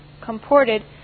comported